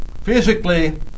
physically